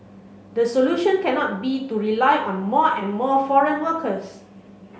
the solution cannot be to rely on more and more foreign workers